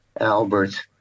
Albert